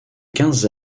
quinze